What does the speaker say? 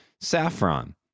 saffron